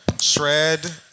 shred